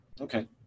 okay